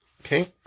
okay